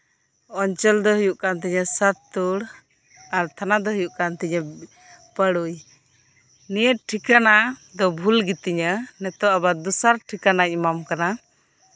ᱚᱧᱪᱚᱞ ᱫᱚ ᱦᱩᱭᱩᱜ ᱠᱟᱱ ᱛᱤᱧᱟ ᱥᱟᱛᱩᱲ ᱟᱨ ᱛᱷᱟᱱᱟ ᱫᱚ ᱦᱩᱭᱩᱜ ᱠᱟᱱ ᱛᱤᱧᱟ ᱯᱟᱹᱲᱩᱭ ᱱᱤᱭᱟᱹ ᱴᱷᱤᱠᱟᱱᱟ ᱫᱚ ᱵᱷᱩᱞ ᱜᱮᱛᱤᱧᱟ ᱱᱤᱛᱚᱜ ᱟᱵᱟᱨ ᱫᱚᱥᱟᱨ ᱴᱷᱤᱠᱟᱱᱟᱧ ᱮᱢᱟᱢ ᱠᱟᱱᱟ